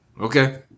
Okay